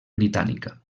britànica